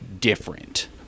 different